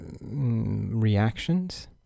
reactions